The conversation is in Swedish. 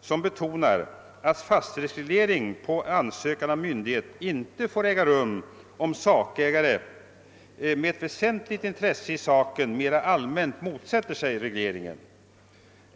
som innebär att fastighetsreglering på begäran av myndighet inte får äga rum, om sakägare med ett väsentligt intresse i saken mera allmänt motsätter sig reglering.